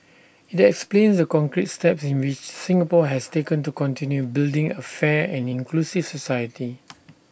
IT explains the concrete steps in which Singapore has taken to continue building A fair and inclusive society